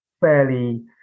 fairly